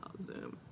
Zoom